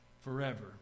Forever